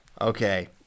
Okay